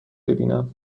ببینم